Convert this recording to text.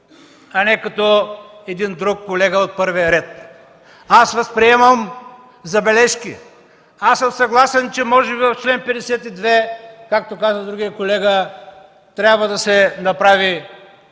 а не като един друг колега от първия ред. Аз възприемам забележки. Съгласен съм, че може би в чл. 52, както каза другият колега, трябва да се направи